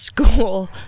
school